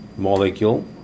molecule